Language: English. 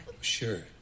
Sure